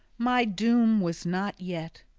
my doom was not yet.